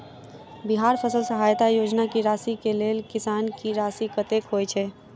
बिहार फसल सहायता योजना की राशि केँ लेल किसान की राशि कतेक होए छै?